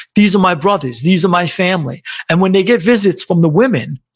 these are my brothers, these are my family and when they get visits from the women,